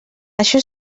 això